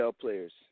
players